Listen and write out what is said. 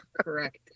Correct